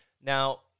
Now